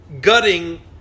gutting